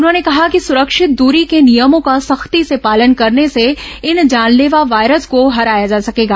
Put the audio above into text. उन्होंने कहा कि सुरक्षित दरी के नियमों का सख्ती से पालन करने से इस जानलेवा वायरस को हराया जा सकेगा